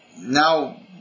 now